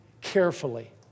carefully